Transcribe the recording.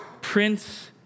Prince